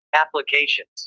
applications